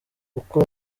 uko